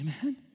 Amen